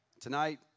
Tonight